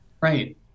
Right